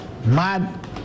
Mad